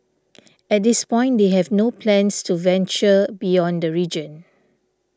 at this point they have no plans to venture beyond the region